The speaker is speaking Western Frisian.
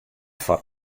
foar